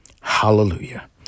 Hallelujah